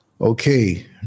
Okay